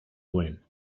win